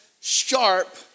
sharp